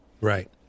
Right